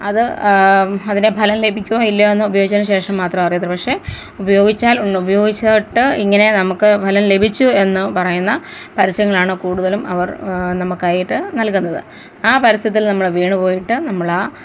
അത് അതിനെ ഫലം ലഭിക്കുമോ ഇല്ലയോന്ന് ഉപയോഗിച്ചതിന് ശേഷം മാത്രമേ അറിയത്തുള്ളൂ പക്ഷേ ഉപയോഗിച്ചാൽ ഉ ഉപയോഗിച്ചിട്ട് ഇങ്ങനെ നമുക്ക് ഫലം ലഭിച്ചു എന്ന് പറയുന്ന പരസ്യങ്ങളാണ് കൂടുതലും അവർ നമുക്കായിട്ട് നൽകുന്നത് ആ പരസ്യത്തിൽ നമ്മൾ വീണു പോയിട്ട് നമ്മളാ